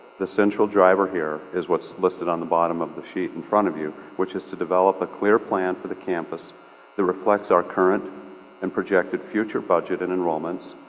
the central driver here, is what's listed on the bottom of the sheet in front of you, which is to develop a clear plan for the campus that reflects our current and projected future budget and enrollments,